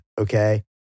okay